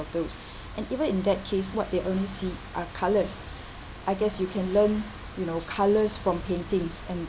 those and even in that case what they only see are colours I guess you can learn you know colours from paintings and